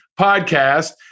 podcast